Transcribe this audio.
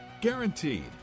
Guaranteed